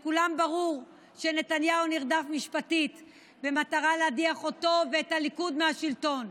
לכולם ברור שנתניהו נרדף משפטית במטרה להדיח אותו ואת הליכוד מהשלטון,